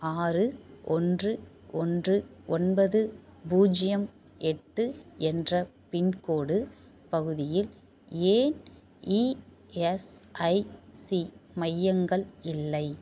ஆறு ஒன்று ஒன்று ஒன்பது பூஜ்ஜியம் எட்டு என்ற பின்கோடு பகுதியில் ஏன் இஎஸ்ஐசி மையங்கள் இல்லை